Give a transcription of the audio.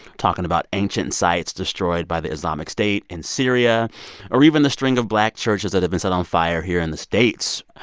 talking about ancient sites destroyed by the islamic state in syria or even the string of black churches that have been set on fire here in the states.